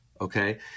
okay